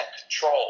control